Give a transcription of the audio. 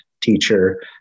teacher